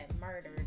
murdered